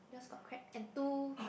yours got crab and two